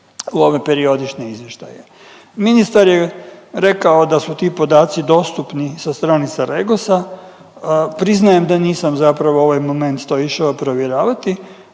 u ove periodične izvještaje. Ministar je rekao da su ti podaci dostupni sa stranica REGOS-a, priznajem da nisam zapravo ovaj moment to išao provjeravati,